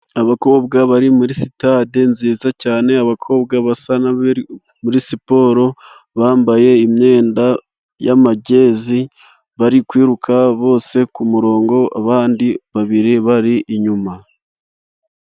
Abakobwa bari muri sitade nziza cyane . Abakobwa basa n'abari muri siporo bambaye imyenda y'amajezi bari kwiruka bose ku murongo abandi babiri bari inyuma.